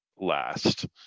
last